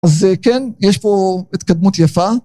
אז כן, יש פה התקדמות יפה.